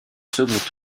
second